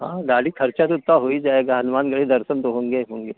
हाँ गाड़ी खर्चा तो इतना हो ही जाएगा हनुमानगढ़ी दर्शन तो होंगे ही होंगे